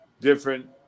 different